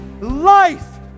life